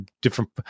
different